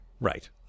Right